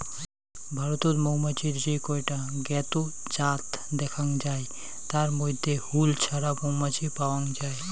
ভারতত মৌমাছির যে কয়টা জ্ঞাত জাত দ্যাখ্যাং যাই তার মইধ্যে হুল ছাড়া মৌমাছি পাওয়াং যাই